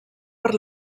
per